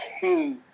key